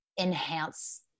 enhance